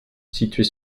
située